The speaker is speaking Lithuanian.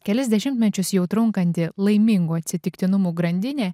kelis dešimtmečius jau trunkanti laimingų atsitiktinumų grandinė